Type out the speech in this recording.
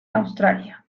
australia